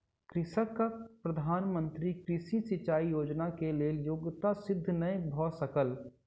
कृषकक प्रधान मंत्री कृषि सिचाई योजना के लेल योग्यता सिद्ध नै भ सकल